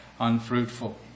unfruitful